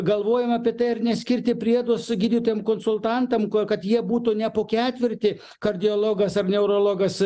galvojom apie tai ar neskirti priedus gydytojam konsultantam kad jie būtų ne po ketvirtį kardiologas ar neurologas